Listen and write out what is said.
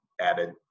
added